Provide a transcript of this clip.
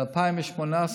ב־2018.